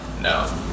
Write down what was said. no